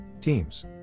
Teams